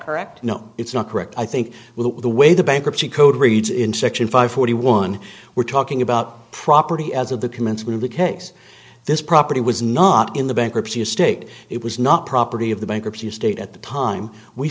correct no it's not correct i think with the way the bankruptcy code reads in section five forty one we're talking about property as of the commencement of the case this property was not in the bankruptcy estate it was not property of the bankruptcy state at the time we